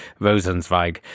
Rosenzweig